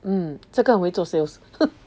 mm 这个很会做 sales